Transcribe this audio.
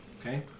okay